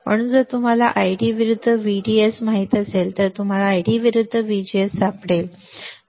म्हणून जर तुम्हाला आयडी विरुद्ध व्हीडीएस माहित असेल तर तुम्हाला आयडी विरुद्ध व्हीजीएस सापडेल